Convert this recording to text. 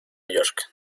york